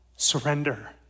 Surrender